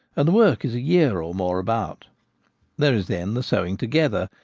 and the work is a year or more about there is then the sewing together,